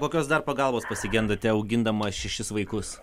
kokios dar pagalbos pasigendate augindama šešis vaikus